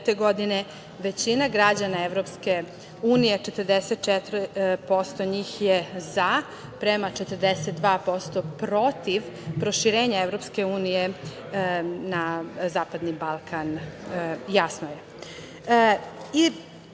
većina građana EU, 44% njih je za, prema 42% protiv proširenja EU na Zapadni Balkan. Jasno